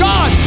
God